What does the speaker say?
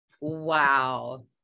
Wow